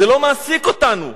זה לא מעסיק אותנו.